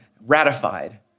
ratified